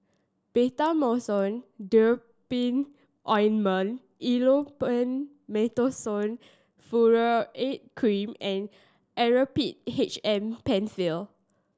Betamethasone Dipropionate Ointment Elomet Mometasone Furoate Cream and Actrapid H M Penfill